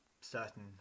certain